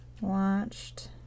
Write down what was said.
Watched